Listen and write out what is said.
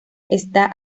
está